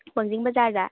ꯋꯥꯡꯖꯤꯡ ꯕꯖꯥꯔꯗ